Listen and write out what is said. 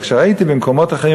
אבל כשראיתי במקומות אחרים,